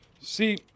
See